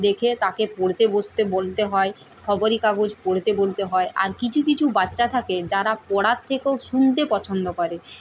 দেখে তাকে পড়তে বসতে বলতে হয় খবরের কাগজ পড়তে বলতে হয় আর কিছু কিছু বাচ্চা থাকে যারা পড়ার থেকেও শুনতে পছন্দ করে